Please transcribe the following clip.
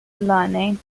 learning